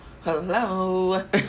Hello